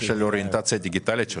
זה שאלה של אוריינטציה דיגיטלית שלך.